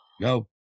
Go